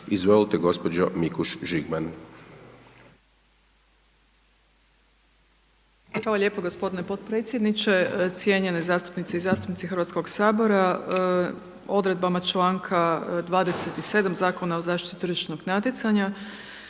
Žigman. **Mikuš Žigman, Nataša** Hvala lijepo gospodine podpredsjedniče, cijenjene zastupnice i zastupnici Hrvatskog sabora. Odredbama članka 27. Zakona o zaštiti tržišnog natjecanja,